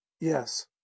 Yes